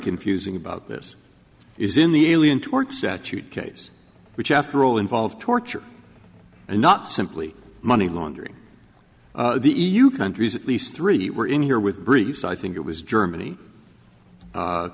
confusing about this is in the alien tort statute case which after all involved torture and not simply money laundering the e u countries at least three were in here with briefs i think it was germany